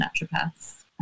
naturopaths